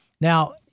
Now